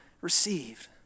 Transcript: received